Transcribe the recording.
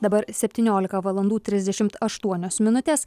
dabar septyniolika valandų trisdešim aštuonios minutes